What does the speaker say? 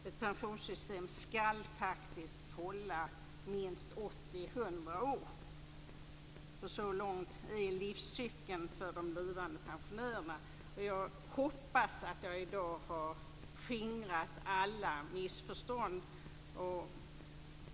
Ett pensionssystem skall faktiskt hålla minst 80-100 år. Så lång är nämligen livscykeln för de blivande pensionärerna. Jag hoppas att jag i dag har skingrat alla missförstånd.